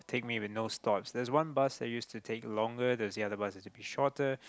take me with no stops there's one bus that used to take longer there another bus that be shorter